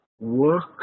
work